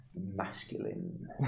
masculine